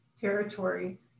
territory